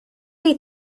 chi